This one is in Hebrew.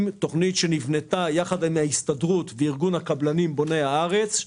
שנבנתה יחד עם ההסתדרות וארגון הקבלנים בוני הארץ.